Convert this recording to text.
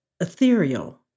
ethereal